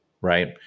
right